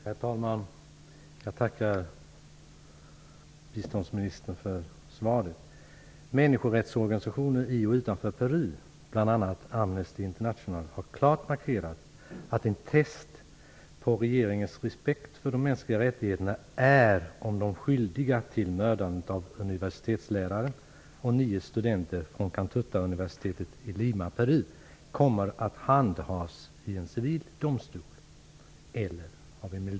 Herr talman! Jag tackar biståndsministern för svaret. Människorättsorganisationer i och utanför Peru, bl.a. Amnesti international, har klart markerat att det utgör en test på regeringens respekt för de mänskliga rättigheterna om målen med dem som är skyldiga till morden på universitetsläraren och de nio studenterna från Cantuta-universitetet i Lima, Peru, handläggs i en civil eller i en militär domstol.